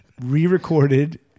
re-recorded